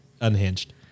unhinged